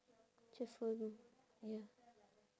cheerful ya